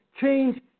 change